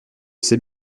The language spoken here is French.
sais